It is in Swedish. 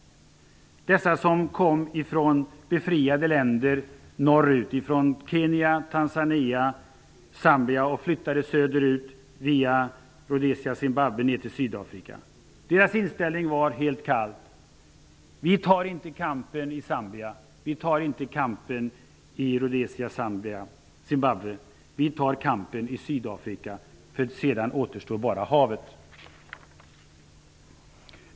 De kom från befriade länder norrut -- Kenya, Tanzania, Zambia -- och hade flyttat söderut till Sydafrika via Rhodesia Zimbabwe. Deras inställning var helt kallt: Vi tar inte kampen i Zambia, Rhodesia-Zimbabwe. Vi tar kampen i Sydafrika -- sedan återstår bara havet.